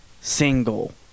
single